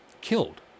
killed